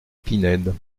pinède